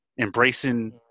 embracing